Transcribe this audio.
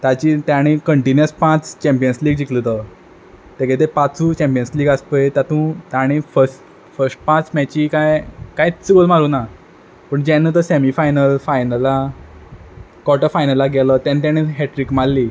ताची ताणें कंटिन्युअस पांच चँपियंस लीग जिकल तो तेगे ते पांचू चँपियंस लीग आस पय तातू ताणें फस फश्ट पांच मॅची काय कांयच गोल मारूं ना पूण जेन्ना तो सॅमी फायनल फायनला कॉट फायनला गेलो तेन तेणें हॅट्रीक माल्ली